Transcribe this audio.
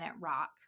rock